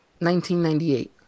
1998